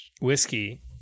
Whiskey